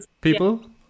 people